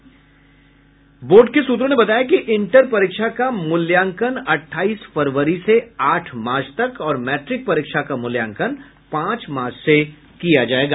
वहीं बोर्ड के सूत्रों ने बताया कि इंटर परीक्षा का मूल्यांकन अट्ठाईस फरवरी से आठ मार्च तक और मैट्रिक परीक्षा का मूल्यांकन पांच मार्च से किया जायेगा